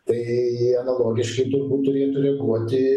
tai analogiškai turbūt turėtų reaguoti